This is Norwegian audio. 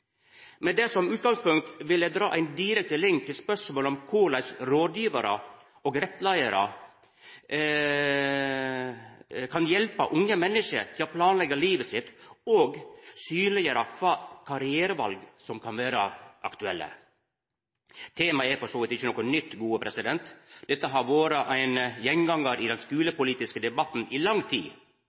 Med dette som utgangspunkt vil eg dra ein direkte link til spørsmålet om korleis rådgjevarar kan rettleia og hjelpa unge menneske til å planleggja livet sitt og synleggjera kva for karriereval som kan vera aktuelle. Temaet er for så vidt ikkje noko nytt. Dette har vore ein gjengangar i den skulepolitiske debatten i lang tid